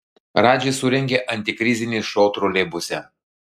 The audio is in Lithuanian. radžis surengė antikrizinį šou troleibuse